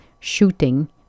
shooting